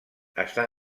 està